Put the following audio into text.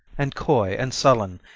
and coy, and sullen,